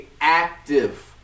active